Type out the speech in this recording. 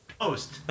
post